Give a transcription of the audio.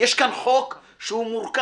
יש כאן חוק שהוא מורכב,